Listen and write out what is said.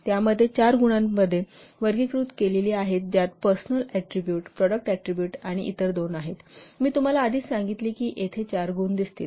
त्यामध्ये चार गुणांमध्ये वर्गीकृत केलेली आहेत ज्यात पर्सनल ऍट्रीबुट प्रॉडक्ट ऍट्रीबुट आणि इतर दोन आहेत मी तुम्हाला आधीच सांगितले आहे तेथे चार ऍट्रीबुट दिसेल